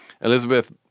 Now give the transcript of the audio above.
Elizabeth